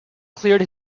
cleared